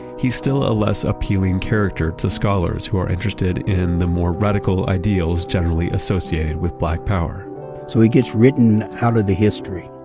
he's still a less appealing character to scholars who are interested in the more radical ideals generally associated with black power so he gets written out of the history